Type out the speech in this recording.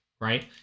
right